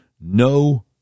no